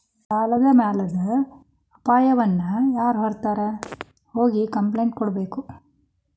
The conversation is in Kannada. ಸಾಲದ್ ಮ್ಯಾಲಾದ್ ಅಪಾಯಾನ ಯಾರ್ಹತ್ರ ಹೋಗಿ ಕ್ಂಪ್ಲೇನ್ಟ್ ಕೊಡ್ಬೇಕು?